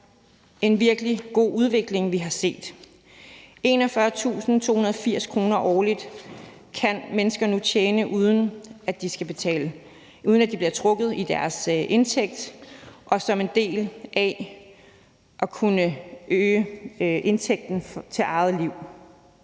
en virkelig god udvikling, vi har set. 41.280 kr. årligt kan mennesker nu tjene, uden at de bliver trukket i deres indtægt, som en del af at kunne øge indtægten til eget liv.